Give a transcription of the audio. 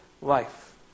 life